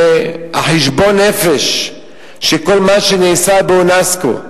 וחשבון הנפש של כל מה שנעשה על-ידי אונסק"ו,